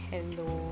Hello